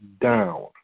down